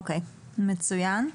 מצוין.